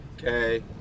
Okay